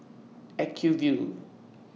Acuvue